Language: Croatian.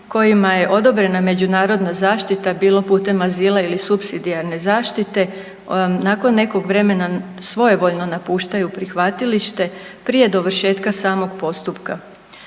kojima je odobrena međunarodna zaštita bilo putem azila ili supsidijarne zaštite nakon nekog vremena svojevoljno napuštaju prihvatilište prije dovršetka samog postupka.